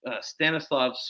Stanislav